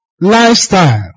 lifestyle